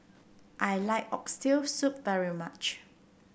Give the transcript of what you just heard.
I like Oxtail Soup very much